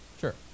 Sure